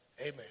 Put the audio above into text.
Amen